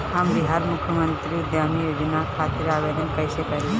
हम बिहार मुख्यमंत्री उद्यमी योजना खातिर आवेदन कईसे करी?